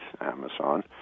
Amazon